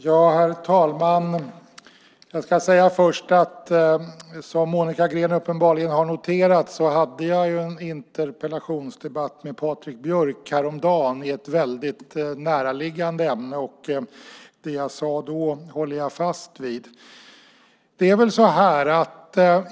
Herr talman! Som Monica Green uppenbarligen har noterat hade jag en interpellationsdebatt med Patrik Björck häromdagen i ett väldigt näraliggande ämne. Det jag sade då håller jag fast vid.